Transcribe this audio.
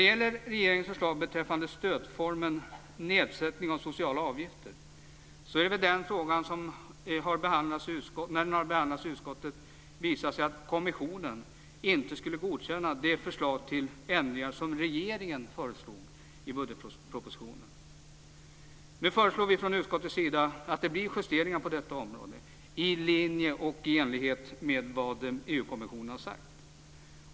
När regeringens förslag beträffande stödformen nedsättning av sociala avgifter har behandlats i utskottet, har det visat sig att kommissionen inte skulle godkänna de förslag till ändringar som regeringen presenterade i budgetpropositionen. Nu föreslår vi från utskottets sida att det blir justeringar på detta område i linje och i enlighet med vad EU-kommissionen har sagt.